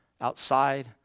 Outside